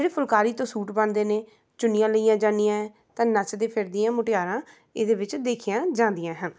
ਜਿਹੜੇ ਫੁਲਕਾਰੀ ਤੋਂ ਸੂਟ ਬਣਦੇ ਨੇ ਚੁੰਨੀਆਂ ਲਈਆਂ ਜਾਂਦੀਆ ਹੈ ਤਾਂ ਨੱਚਦੇ ਫਿਰਦੀਆਂ ਮੁਟਿਆਰਾਂ ਇਹਦੇ ਵਿੱਚ ਦੇਖੀਆਂ ਜਾਂਦੀਆ ਹਨ